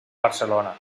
barcelona